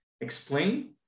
explain